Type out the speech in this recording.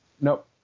Nope